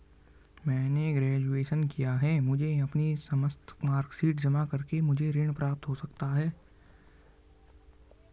मैंने ग्रेजुएशन किया है मुझे अपनी समस्त मार्कशीट जमा करके मुझे ऋण प्राप्त हो सकता है?